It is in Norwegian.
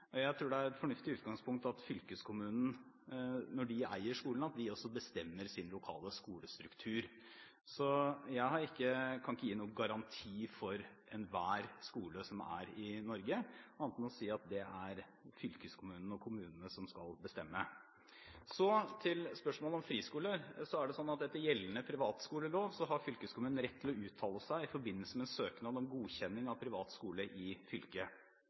Jeg tror det er et fornuftig utgangspunkt at fylkeskommunene, når de eier skolene, også bestemmer sin lokale skolestruktur. Jeg kan ikke gi noen garanti for enhver skole i Norge, annet enn å si at det er fylkeskommunene og kommunene som skal bestemme. Så til spørsmålet om friskoler. Etter gjeldende privatskolelov har fylkeskommunen rett til å uttale seg i forbindelse med en søknad om godkjenning av privat skole i fylket.